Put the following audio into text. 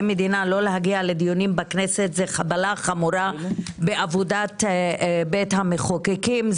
מדינה - לא להגיע לדיונים בכנסת זה חבלה חמורה בעבודת בית המחוקקים.